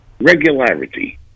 Regularity